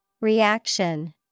Reaction